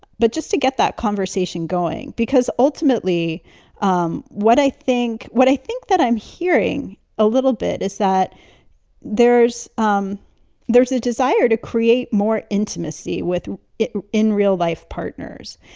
but just to get that conversation going, because ultimately um what i think what i think that i'm hearing a little bit is that there's um there's there's a desire to create more intimacy with it in real life partners.